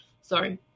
Sorry